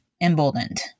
emboldened